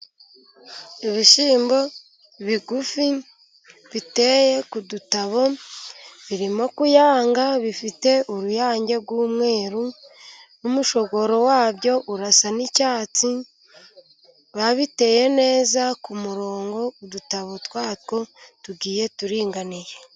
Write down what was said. Ibishyimbo bigufi biteye ku dutabo, birimo kuyanga bifite uruyange rw'umweru n'umushogoro wabyo urasa n'icyatsi, babiteye neza ku murongo, udutabo twabyo tugiye turinganiye.